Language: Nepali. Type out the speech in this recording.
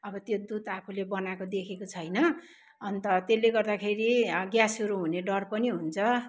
अब त्यो दुध आफूले बनाएको देखेको छैन अन्त त्यसले गर्दाखेरि ग्यासहरू हुने डर पनि हुन्छ